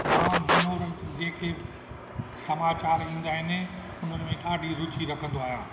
मां मनोरंजन जेके समाचार ईंदा आहिनि उन्हनि में ॾाढी रुची रखंदो आहियां